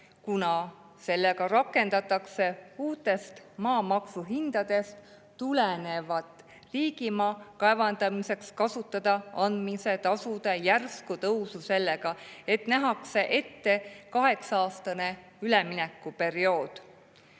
kuna sellega rakendatakse uutest maamaksuhindadest tulenevat riigimaa kaevandamiseks kasutada andmise tasude järsku tõusu nii, et nähakse ette kaheksa-aastane üleminekuperiood.